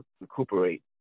recuperate